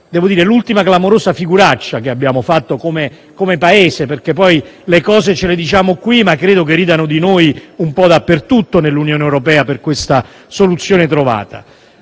l'ultima clamorosa figuraccia che abbiamo fatto come Paese, perché poi le cose ce le diciamo qui, ma credo che di noi ridano un po' dappertutto nell'Unione europea per la soluzione individuata.